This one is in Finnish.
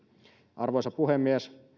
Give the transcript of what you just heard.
arvoisa puhemies